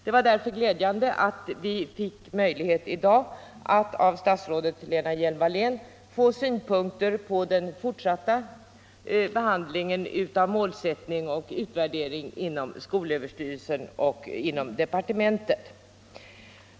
Det var därför glädjande att vi fick möjlighet i dag att av statsrådet Hjelm-Wallén få synpunkter på den fortsatta behandlingen inom skolöverstyrelsen och inom departementet av målbestämning och utvärdering i skolan.